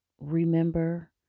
remember